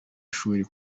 ishuri